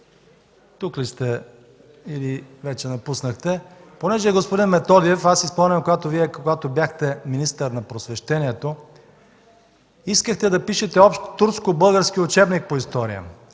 тук ли сте, или вече напуснахте? Понеже, господин Методиев, аз си спомням, когато Вие бяхте министър на просвещението, искахте да пишете общ турско-български учебник по история.